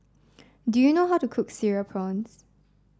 do you know how to cook Cereal Prawns